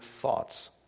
thoughts